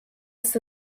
ist